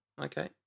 Okay